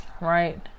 right